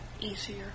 easier